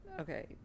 okay